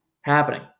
happening